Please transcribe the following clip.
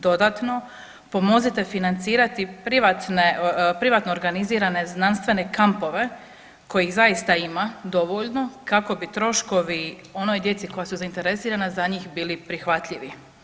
Dodatno, pomozite financirati privatno organizirane znanstvene kampove kojih zaista ima dovoljno kako bi troškovi onoj djeci koja su zainteresirani za njih bili prihvatljivi.